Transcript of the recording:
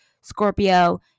Scorpio